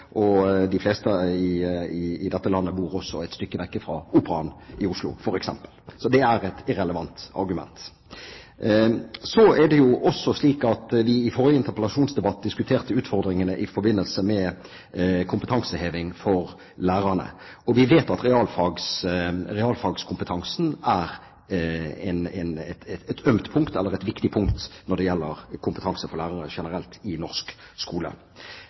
og de fleste i dette landet bor også et stykke vekk fra f.eks. Operaen i Oslo. Så det er et irrelevant argument. I forrige interpellasjonsdebatt diskuterte vi utfordringene i forbindelse med kompetanseheving for lærerne. Vi vet at realfagskompetansen er et ømt, eller et viktig punkt når det gjelder kompetanse for lærere generelt i norsk skole.